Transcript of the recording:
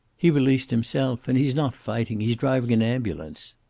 he released himself. and he's not fighting. he's driving an ambulance.